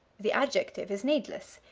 the adjective is needless.